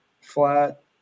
flat